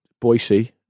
Boise